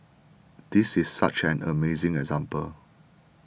this is such an amazing example